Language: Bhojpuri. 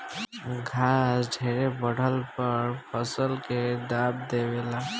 घास ढेरे बढ़ला पर फसल के दाब देवे ला